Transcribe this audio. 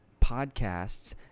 podcasts